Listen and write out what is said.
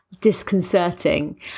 disconcerting